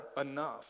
enough